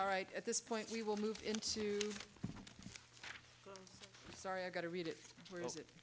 all right at this point we will move into sorry i got to read it